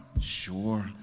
sure